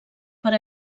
per